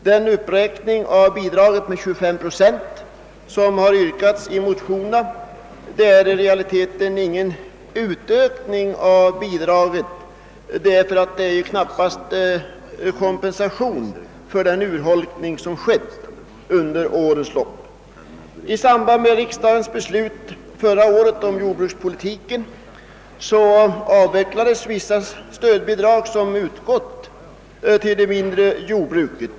Den uppräkning av bidraget med 25 procent som har yrkats i motionerna utgör i realiteten ingen ökning av bidraget, därför att det knappast kan sägas vara en kompensation för den urholkning som skett under årens lopp. I samband med riksdagens beslut förra året om jordbrukspolitiken avvecklades vissa stödbidrag som utgått till det mindre jordbruket.